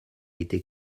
été